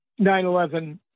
9-11